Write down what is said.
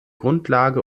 grundlage